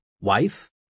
Wife